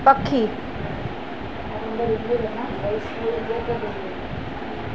पखी